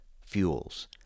fuels